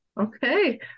Okay